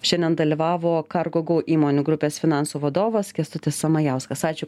šiandien dalyvavo kargo gau įmonių grupės finansų vadovas kęstutis samajauskas ačiū